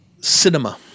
cinema